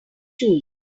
shoes